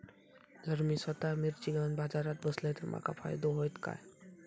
जर मी स्वतः मिर्ची घेवून बाजारात बसलय तर माका फायदो होयत काय?